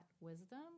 wisdom